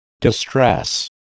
Distress